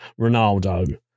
Ronaldo